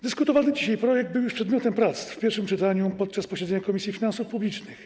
Dyskutowany dzisiaj projekt był już przedmiotem prac w pierwszym czytaniu podczas posiedzenia Komisji Finansów Publicznych.